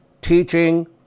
teaching